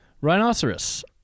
rhinoceros